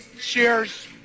Cheers